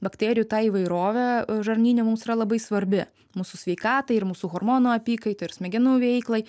bakterijų ta įvairovė žarnyne mums yra labai svarbi mūsų sveikatai ir mūsų hormonų apykaitai ir smegenų veiklai